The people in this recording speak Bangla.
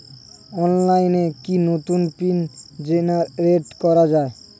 অনলাইনে কি নতুন পিন জেনারেট করা যায়?